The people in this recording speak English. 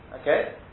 Okay